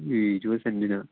ഇരുപത് സെൻറ്റിനാണോ